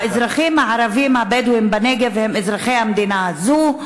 האזרחים הערבים הבדואים בנגב הם אזרחי המדינה הזו.